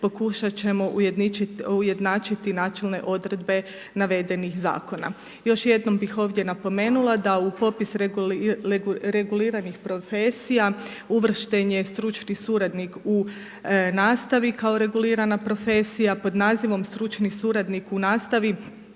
pokušati ćemo ujednačiti načelne odredbe navedenih zakona. Još jednom bi ovdje napomenula, da u popis reguliranih profesija uvršten je stručni suradnik u nastavi kao regulirana profesija, pod nazivom stručni suradnik u nastavi,